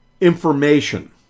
information